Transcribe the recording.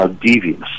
devious